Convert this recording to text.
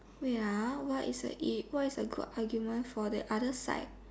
wait ah what is a it what is a good argument for the other side